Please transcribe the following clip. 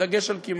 הדגש על כמעט,